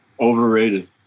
overrated